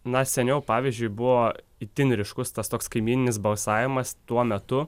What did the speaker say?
na seniau pavyzdžiui buvo itin ryškus tas toks kaimyninis balsavimas tuo metu